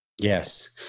Yes